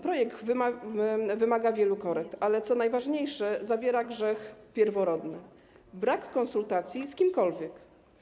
Projekt wymaga wielu korekt, ale, co najważniejsze, zawiera grzech pierworodny: brak konsultacji z kimkolwiek.